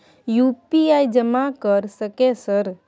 UPI जमा कर सके सर?